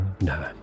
No